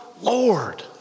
Lord